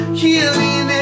healing